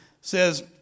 says